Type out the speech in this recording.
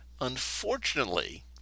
Unfortunately